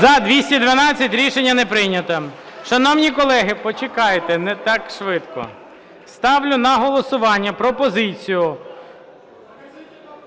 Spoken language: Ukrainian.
За-212 Рішення не прийнято. Шановні колеги, почекайте, не так швидко. Ставлю на голосування пропозицію